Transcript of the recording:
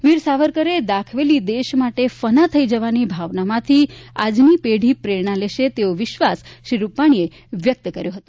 વીર સાવરકરે દાખવેલી દેશ માટે ફનાં થઇ જવાની ભાવનામાંથી આજની પેઢી પ્રેરણા લેશે તેવો વિશ્વાસ શ્રી રૂપાણીએ વ્યકત કર્યો હતો